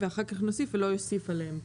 ואחר כך נוסיף ולא יוסיף עליהם.